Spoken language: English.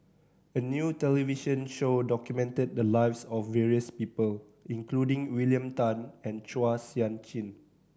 a new television show documented the lives of various people including William Tan and Chua Sian Chin